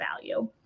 value